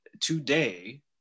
today